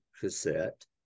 cassette